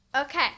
Okay